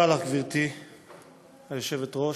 גברתי היושבת-ראש,